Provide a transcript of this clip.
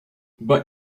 but